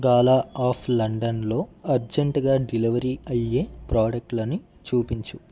గాలా of లండన్లో అర్జెంట్గా delivery అయ్యే ప్రాడక్ట్లని చూపించు